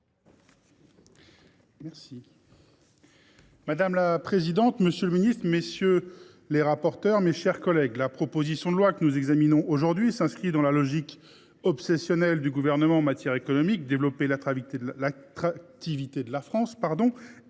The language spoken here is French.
Madame la présidente, monsieur le ministre, mes chers collègues, la proposition de loi que nous examinons aujourd’hui s’inscrit dans la logique obsessionnelle du Gouvernement en matière économique : développer l’attractivité de la France